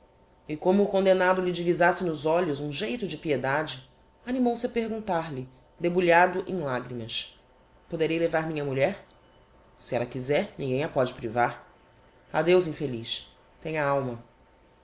e como o condemnado lhe divisasse nos olhos um geito de piedade animou-se a perguntar-lhe debulhado em lagrimas poderei levar minha mulher se ella quizer ninguem a póde privar adeus infeliz tenha alma